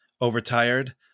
Overtired